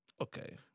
Okay